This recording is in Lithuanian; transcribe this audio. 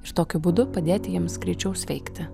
ir tokiu būdu padėti jiems greičiau sveikti